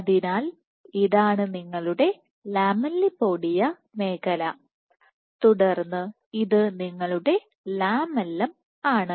അതിനാൽ ഇതാണ് നിങ്ങളുടെ ലാമെല്ലിപോഡിയ മേഖല തുടർന്ന് ഇത് നിങ്ങളുടെ ലാമെല്ലം ആണ്